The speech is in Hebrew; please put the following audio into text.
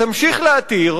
תמשיך להתיר,